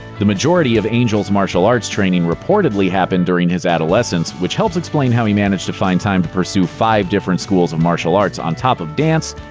the majority of angel's martial arts training reportedly happened during his adolescence, which helps explain how he managed to find time to pursue five different schools of martial arts on top of dance,